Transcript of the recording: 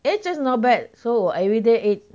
eh just not bad so 我 everyday eat